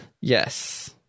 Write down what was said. Yes